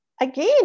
again